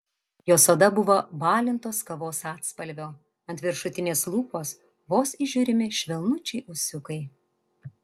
jos oda buvo balintos kavos atspalvio ant viršutinės lūpos vos įžiūrimi švelnučiai ūsiukai